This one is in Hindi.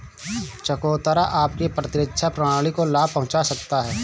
चकोतरा आपकी प्रतिरक्षा प्रणाली को लाभ पहुंचा सकता है